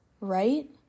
right